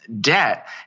debt